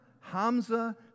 Hamza